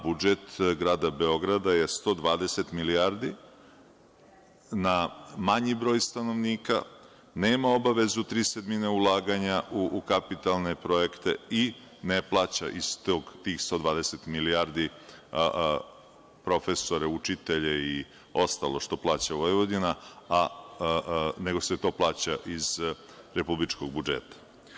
Budžet grada Beograda je 120 milijardi, na manji broj stanovnika, nema obavezu tri sedmine ulaganja u kapitalne projekte i ne plaća iz tih 120 milijardi dinara profesore, učitelje i ostalo što plaća Vojvodina, nego se to plaća iz republičkog budžeta.